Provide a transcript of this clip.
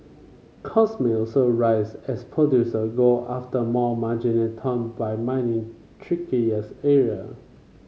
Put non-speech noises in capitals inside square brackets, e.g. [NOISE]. cost may also rise as producer ago after more marginal ton by mining [UNINTELLIGIBLE] area